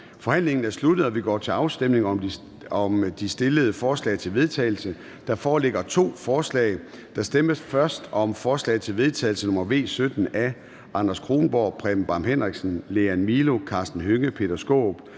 Forhandlingen er sluttet, og vi går til afstemning om de fremsatte forslag til vedtagelse. Der foreligger to forslag. Der stemmes først om forslag til vedtagelse nr. V 17 af Anders Kronborg (S), Preben Bang Henriksen (V), Lean Milo (M), Karsten Hønge (SF), Peter Skaarup